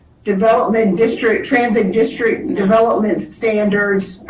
development district transit district development standards.